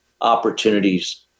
opportunities